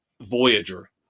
Voyager